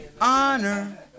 Honor